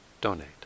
donate